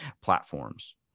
platforms